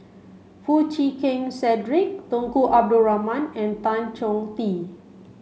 Foo Chee Keng Cedric Tunku Abdul Rahman and Tan Chong Tee